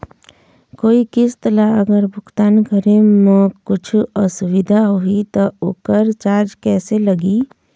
कोई किस्त ला अगर भुगतान करे म कुछू असुविधा होही त ओकर चार्ज कैसे लगी?